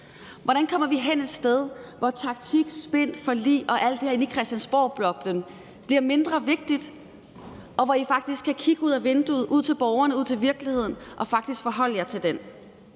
Hvordan kommer vi hen et sted, hvor taktik, spin, forlig og alt det her inde i Christiansborgboblen bliver mindre vigtigt, og hvor I faktisk kan kigge ud ad vinduet ud til borgerne, ud til virkeligheden og faktisk forholde jer til den?